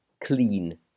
clean